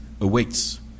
awaits